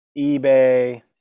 ebay